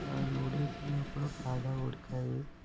ఆ నూడిల్స్ అనేవి కూడా బాగా ఉడికాయి